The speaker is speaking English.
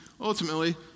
ultimately